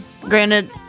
granted